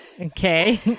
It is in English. Okay